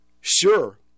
Sure